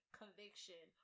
conviction